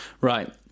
right